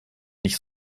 nicht